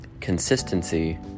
Consistency